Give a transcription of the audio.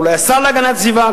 אולי השר להגנת הסביבה,